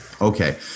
Okay